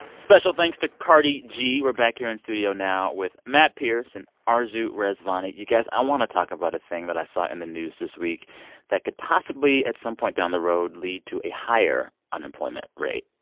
special thanks to cardi g. we're back here in studio now with matt pearce and arezou rezvani. you guys, i want to talk about a thing that i saw in the news this week that could possibly, at some point down the road, lead to a higher unemployment rate.